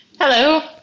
Hello